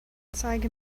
zeige